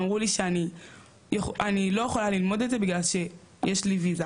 אמרו לי שאני לא יכולה ללמוד את זה בגלל שיש לי ויזה